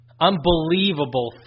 unbelievable